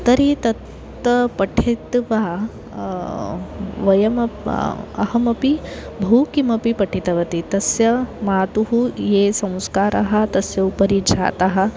तर्हि तत्तु पठित्वा वयमपि अहमपि बहु किमपि पठितवती तस्य मातुः ये संस्कारः तस्य उपरि जातः